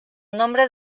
nombre